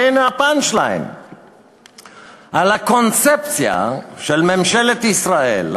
והנה ה-punch line על הקונספציה של ממשלת ישראל,